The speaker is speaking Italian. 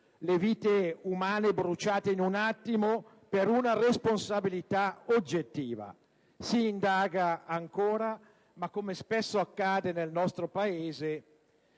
le vite umane bruciate in un attimo, per una responsabilità oggettiva. Ancora si indaga, ma - come spesso accade nel nostro Paese